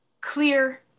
clear